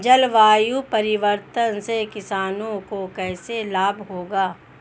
जलवायु परिवर्तन से किसानों को कैसे लाभ होगा?